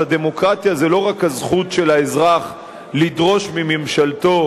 אז הדמוקרטיה זה לא רק הזכות של האזרח לדרוש מממשלתו